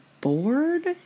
bored